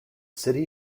city